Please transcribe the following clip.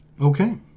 Okay